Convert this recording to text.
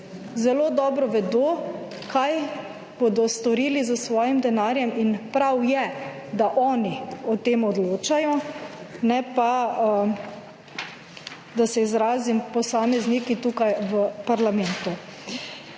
zelo dobro vedo kaj bodo storili s svojim denarjem in prav je, da oni o tem odločajo, ne pa, da se izrazim posamezniki tukaj v parlamentu.